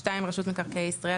רשות מקרקעי ישראל,